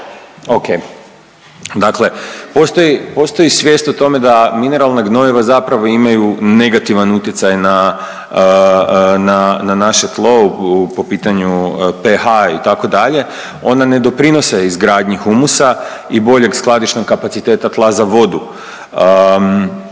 O.k. Dakle, postoji svijest o tome da mineralna gnojiva zapravo imaju negativan utjecaj na naše tlo po pitanju pH itd. Ona ne doprinose izgradnji humusa i boljeg skladišnog kapaciteta tla za vodu